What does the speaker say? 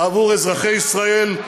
עבור אזרחי ישראל,